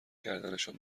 کردنشان